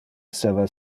esseva